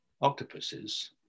octopuses